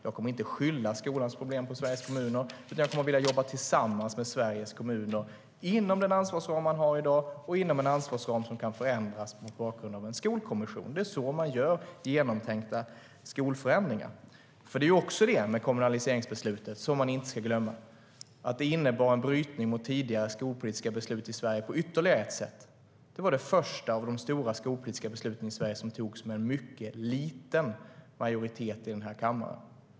Jag kommer inte att skylla skolans problem på Sveriges kommuner, utan jag kommer att vilja jobba tillsammans med Sveriges kommuner inom den ansvarsram man har i dag och inom en ansvarsram som kan förändras mot bakgrund av en skolkommission. Det är så man gör genomtänkta skolförändringar. Man ska inte glömma att kommunaliseringsbeslutet innebar en brytning mot tidigare skolpolitiska beslut i Sverige på ytterligare ett sätt. Det var det första av de stora skolpolitiska besluten i Sverige som togs med en mycket liten majoritet i den här kammaren.